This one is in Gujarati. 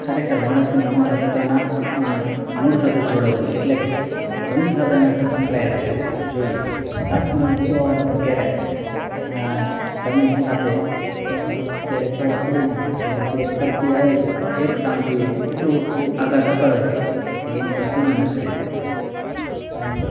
ખરેખર માણસને તો હંમેશા પોતાનાં અં પોતાનાં મૂળ સાથે જોડાવું એટલે કે જમીન સાથે હંમેશા સંકળાયેલા રહેવું જોઇએ આસમાનમાં ઉડવાવાળા પણ ક્યારેક અં જમીન સાથે એ જ્યારે છેડાં છોડી નાખે છે ત્યારે જે પડતી આવે છે તે એકસામટું એ એટલું આઘાત અપાવે છે કે એની કોઇ સીમા નથી રહેતી અં